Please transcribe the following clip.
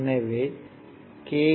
எனவே கே